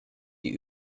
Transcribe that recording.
die